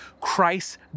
Christ